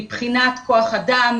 מבחינת כח אדם,